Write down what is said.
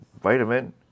vitamin